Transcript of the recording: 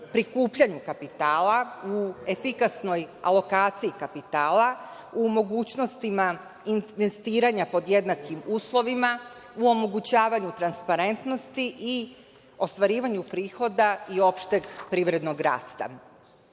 prikupljanju kapitala, u efikasnoj alokaciji kapitala, u mogućnostima investiranja pod jednakim uslovima, u omogućavanju transparentnosti i ostvarivanju prihoda i opšteg privrednog